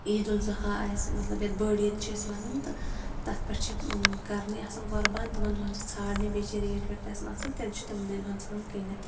عیٖدُلضُہا آسہِ مَطلَب یتھ بٔڈ عیٖد چھِ أسۍ وَنان تہٕ تَتھ پیٚٹھ چھِ کَرنی آسان قۅربان تِمَن دۄہَن چھِ ژھانٛڈنٕے بیٚیہِ چھِ ریٹ ویٹ تہِ اصٕل تیٚلہِ چھِ تِمنٕے دۄہَن ژھٕنان کٕنِتھ